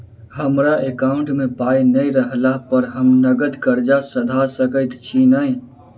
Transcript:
हमरा एकाउंट मे पाई नै रहला पर हम नगद कर्जा सधा सकैत छी नै?